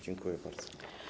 Dziękuję bardzo.